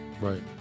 Right